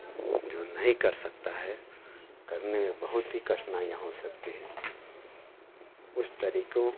वो जो नहीं कर सकता है करने में बहुत ही कठिनाईयाँ हो सकती हैं उस तरीकों